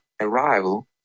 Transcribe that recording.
arrival